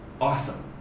awesome